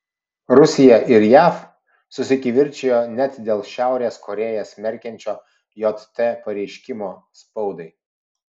rusija ir jav susikivirčijo net dėl šiaurės korėją smerkiančio jt pareiškimo spaudai